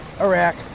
Iraq